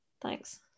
Thanks